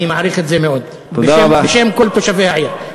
אני מעריך את זה מאוד, בשם כל תושבי העיר.